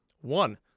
One